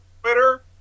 Twitter